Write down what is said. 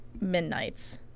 Midnight's